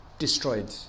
destroyed